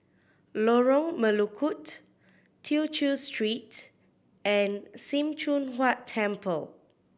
Lorong Melukut Tew Chew Street and Sim Choon Huat Temple